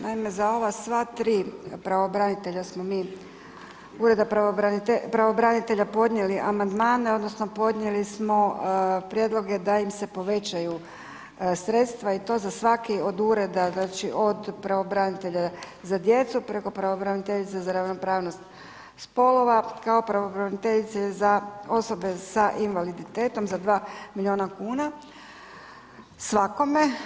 Naime, za ova sva tri pravobranitelja smo mi, ureda pravobranitelja podnijeli amandmane odnosno podnijeli smo prijedloge da im se povećaju sredstva i to za svaki od ureda znači od pravobranitelja za djecu preko pravobraniteljice za ravnopravnost spolova kao i pravobraniteljice za osobe sa invaliditetom za 2 milijun kuna svakome.